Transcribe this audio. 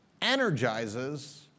energizes